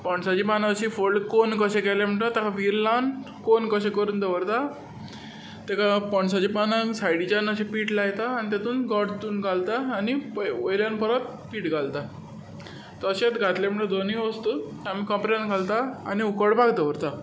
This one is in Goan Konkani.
पणसाचीं पानां अशीं कोन कशे केले म्हणटच ताका व्हीर लावन कोन कशे करून दवरता ताका पणसाच्या पानांक सायडीच्यान अशें पीठ लायता आनी तातूंत गोड चून घालता आनी वयल्यान परत पीठ घालता तशेंच घातलें म्हणटकच दोनूय वस्तू कोंपऱ्यांत घालता आनी उकडपाक दवरता